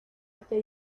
este